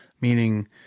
meaning